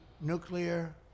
nuclear